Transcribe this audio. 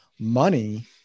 money